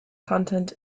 content